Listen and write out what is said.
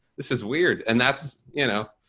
this is weird and that's you know,